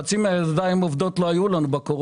חצי מן הידיים העובדות לא היו לנו בתקופת